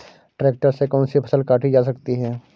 Tractor से कौन सी फसल काटी जा सकती हैं?